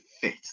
fit